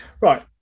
Right